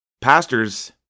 Pastors